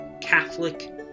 Catholic